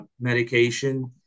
medication